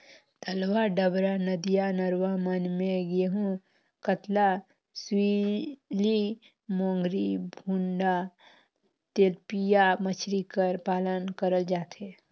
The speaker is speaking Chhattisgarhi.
तलवा डबरा, नदिया नरूवा मन में रेहू, कतला, सूइली, मोंगरी, भुंडा, तेलपिया मछरी कर पालन करल जाथे